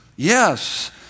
Yes